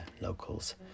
locals